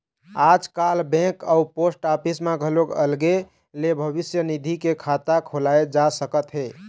आजकाल बेंक अउ post office म घलोक अलगे ले भविस्य निधि के खाता खोलाए जा सकत हे